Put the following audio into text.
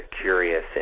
curious